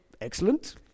excellent